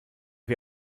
wie